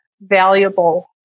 valuable